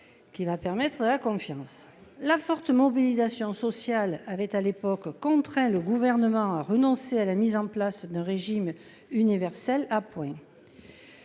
Qui va permettre la confiance. La forte mobilisation sociale avait à l'époque contraint le gouvernement à renoncer à la mise en place d'un régime universel à points.